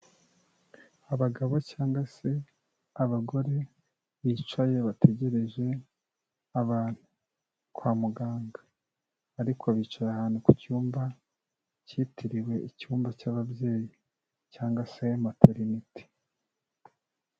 Abagabo cyangwa se abagore bicaye bategereje abantu kwa muganga, ariko bicaye ahantu ku cyumba cyitiriwe icyumba cy'ababyeyi cyangwa se materinite.